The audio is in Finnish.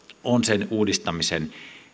on sen uudistamisen